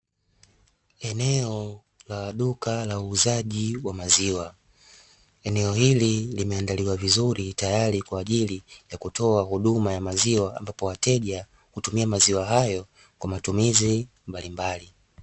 Eneo la duka la wauzaji wa maziwa. Eneo hili limeandaliwa vizuri tayari kwa ajili ya kutoa huduma ya maziwa, ambapo wateja hutumia maziwa hayo kwa ajili ya matumizi mbalimbali.